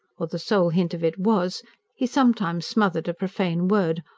or the sole hint of it was he sometimes smothered a profane word,